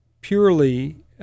purely